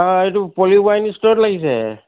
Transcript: অঁ এইটো পলি ৱাইন ষ্ট'ৰত লাগিছে